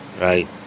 Right